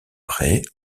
près